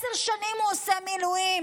עשר שנים הוא עושה מילואים,